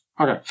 Okay